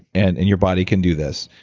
and and your body can do this.